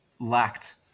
lacked